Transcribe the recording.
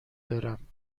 دارم